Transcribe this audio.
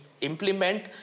implement